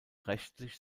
rechtlich